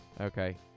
Okay